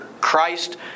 Christ